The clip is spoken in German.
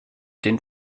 den